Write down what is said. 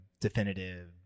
definitive